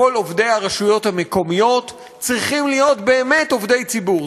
כל עובדי הרשויות המקומיות צריכים להיות באמת עובדי ציבור,